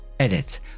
edit